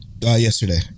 yesterday